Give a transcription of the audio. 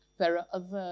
there are other